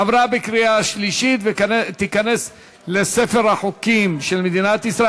עברה בקריאה שלישית ותיכנס לספר החוקים של מדינת ישראל.